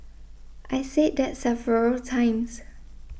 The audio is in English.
I said that several times